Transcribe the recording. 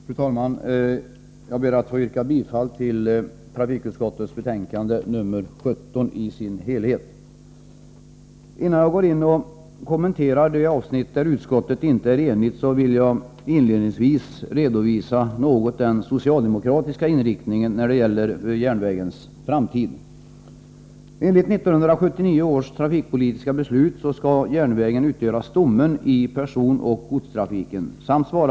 Fru talman! Jag ber att få yrka bifall till trafikutskottets hemställan i dess helhet i betänkande nr 17. Innan jag kommenterar de avsnitt där utskottet inte är enigt vill jag något redovisa den socialdemokratiska inriktningen när det gäller järnvägens framtid.